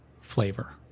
flavor